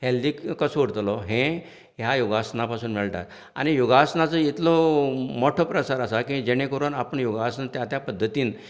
healthy कसो उरतलो हे ह्या योगासनां पासून मेळटा आनी योगासनांचो इतलो मोटो प्रसार आसा की जेणे करून आपले योगासन त्या त्या पद्दतीन